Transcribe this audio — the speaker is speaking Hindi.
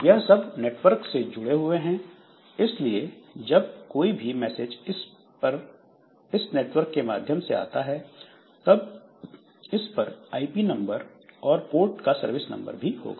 यह सब नेटवर्क से जुड़े हुए हैं इसलिए जब कोई भी मैसेज इस पर इस नेटवर्क के माध्यम से आता है तब इस पर आई पी नंबर और इस पोर्ट का सर्विस नंबर भी होगा